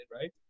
right